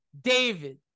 David